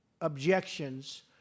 objections